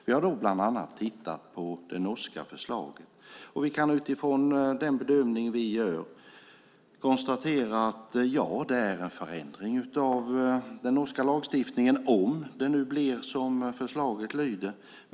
Vi har bland annat tittat på det norska förslaget. Utifrån den bedömning vi gör kan vi konstatera att den norska lagstiftningen innebär en förändring - om det blir som förslaget lyder.